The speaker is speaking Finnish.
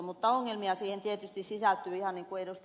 mutta ongelmia siihen tietysti sisältyy ihan niin kuin ed